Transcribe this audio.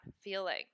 feeling